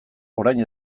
orain